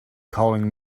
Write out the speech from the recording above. calling